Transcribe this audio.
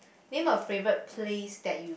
name a favourite place that you